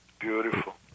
Beautiful